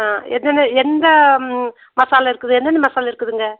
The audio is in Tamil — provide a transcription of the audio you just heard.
ஆ என்னென்ன எந்த மசாலா இருக்குது என்னென்ன மசாலா இருக்குதுங்க